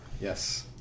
Yes